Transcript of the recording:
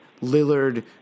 Lillard